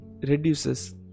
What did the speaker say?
reduces